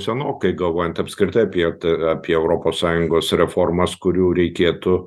senokai galvojant apskritai apie ta apie europos sąjungos reformas kurių reikėtų